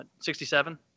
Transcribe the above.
67